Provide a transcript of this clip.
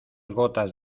gotas